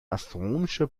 astronomische